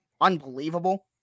Unbelievable